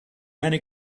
many